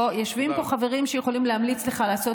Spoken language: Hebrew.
יושבים פה חברים שיכולים להמליץ לך לעשות